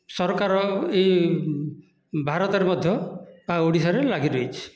ସରକାର ଏହି ଭାରତରେ ମଧ୍ୟ ଆଉ ଓଡ଼ିଶାରେ ଲାଗି ରହିଛି